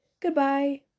Goodbye